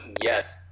Yes